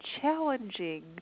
challenging